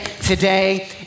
today